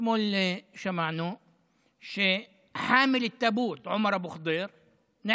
אתמול שמענו (אומר בערבית: שנושא ארון הקבורה) עומר אבו ח'דיר נעצר,